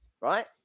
right